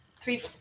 three